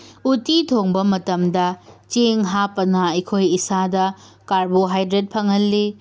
ꯎꯇꯤ ꯊꯣꯡꯕ ꯃꯇꯝꯗ ꯆꯦꯡ ꯍꯥꯞꯄꯅ ꯑꯩꯈꯣꯏ ꯏꯁꯥꯗ ꯀꯥꯔꯕꯣꯍꯥꯏꯗ꯭ꯔꯦꯠ ꯐꯪꯍꯜꯂꯤ